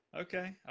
Okay